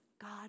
God